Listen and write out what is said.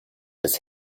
des